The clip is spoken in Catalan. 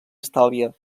estalvia